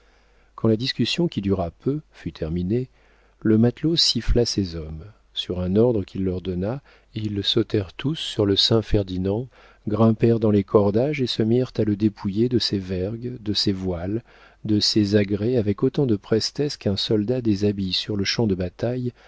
quand la discussion qui dura peu fut terminée le matelot siffla ses hommes sur un ordre qu'il leur donna ils sautèrent tous sur le saint ferdinand grimpèrent dans les cordages et se mirent à le dépouiller de ses vergues de ses voiles de ses agrès avec autant de prestesse qu'un soldat déshabille sur le champ de bataille